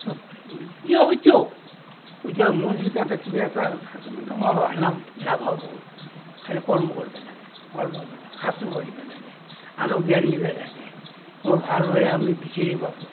এতিয়া মোৰ যেতিয়া কিবা এটা আছে নাভাবোঁ খালী কৰ্ম কৰিব লাগে শাস্ত্ৰ পঢ়িব লাগে আনক জ্ঞান দিব লাগে ভাল বেয়া আপুনি বিচাৰি পাব